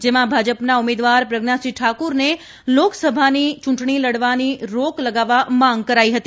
જેમાં ભાજપના ઉમેદવાર પ્રજ્ઞાસિંહ ઠાક઼રને લોકસભાની ચૂંટણી લડવાની રોક લગાવા માંગ કરાઈ હતી